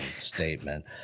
statement